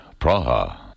Praha